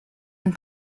and